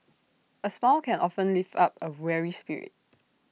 A smile can often lift up A weary spirit